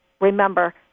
Remember